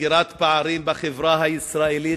סגירת פערים בחברה הישראלית,